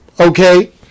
okay